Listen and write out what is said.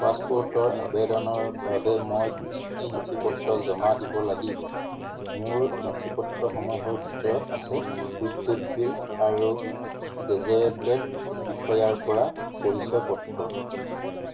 পাছপোৰ্টৰ আবেদনৰ বাবে মই কি কি নথিপত্ৰ জমা দিব লাগিব মোৰ নথিপত্ৰসমূহৰ ভিতৰত আছে বিদ্যুৎ বিল আৰু গেজেটেড বিষয়াৰপৰা পৰিচয় পত্ৰ